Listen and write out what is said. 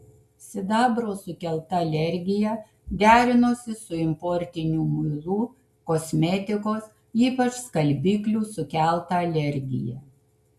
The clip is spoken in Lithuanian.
sidabro sukelta alergija derinosi su importinių muilų kosmetikos ypač skalbiklių sukelta alergija